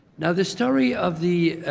now, the story of the